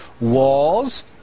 walls